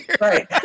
right